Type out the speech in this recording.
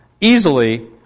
easily